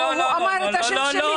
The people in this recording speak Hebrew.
הוא אמר את השם שלי.